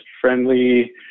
friendly